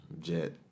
Jet